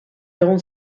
egun